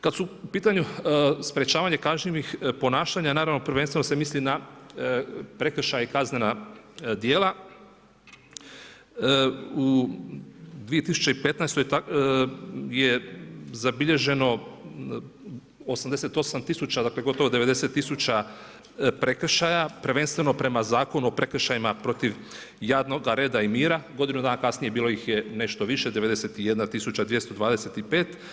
Kada su u pitanju sprječavanje kažnjivih ponašanja, naravno, prvenstveno se misli na prekršaj kaznena dijela u 2015. je zabilježeno 88000 dakle, gotovo 90000 prekršaja, prvenstvenu prema Zakona o prekršajima protiv javnog reda i mira, godinu dana kasnije bilo ih je nešto više 91225.